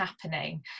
happening